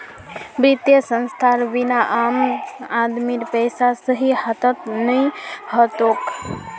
वित्तीय संस्थानेर बिना आम आदमीर पैसा सही हाथत नइ ह तोक